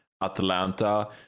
atlanta